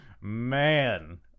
Man